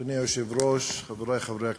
אדוני היושב-ראש, חברי חברי הכנסת,